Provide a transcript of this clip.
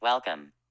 Welcome